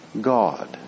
God